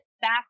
back